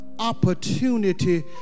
opportunity